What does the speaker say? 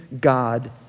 God